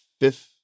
fifth